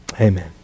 Amen